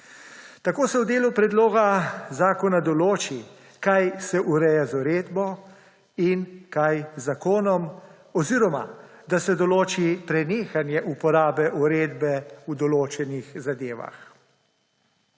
Tako se v delu predloga zakona določi, kaj se ureja z uredbo in kaj z zakonom oziroma da se določi prenehanje uporabe uredbe v določenih zadevah.